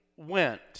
went